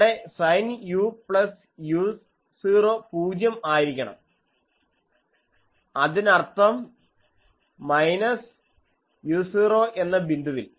അവിടെ sine u plus u0 പൂജ്യം ആയിരിക്കണം അതിനർത്ഥം മൈനസ് u0 എന്ന ബിന്ദുവിൽ